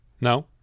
No